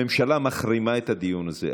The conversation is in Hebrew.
הממשלה מחרימה את הדיון הזה.